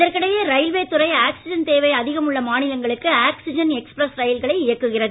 இதற்கிடையே ரயில்வே துறை ஆக்ஸிஜன் தேவை அதிகம் உள்ள மாநிலங்களுக்கு ஆக்ஸிஜன் எக்ஸ்பிரஸ் ரயில்களை இயக்குகிறது